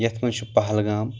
یتھ منٛز چھُ پہلگام